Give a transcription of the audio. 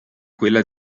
quella